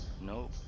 No